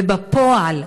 ובפועל,